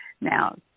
Now